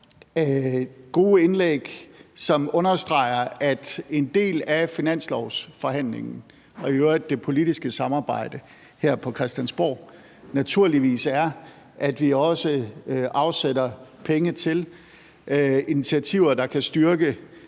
gode indlæg, som understreger, at en del af finanslovsforhandlingen og i øvrigt det politiske samarbejde her på Christiansborg naturligvis også er, at vi afsætter penge til initiativer, der kan styrke